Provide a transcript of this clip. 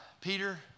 Peter